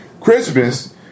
Christmas